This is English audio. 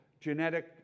genetic